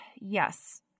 yes